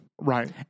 right